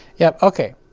yep, ok.